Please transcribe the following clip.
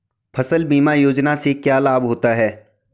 फसल बीमा योजना से क्या लाभ होता है?